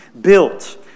built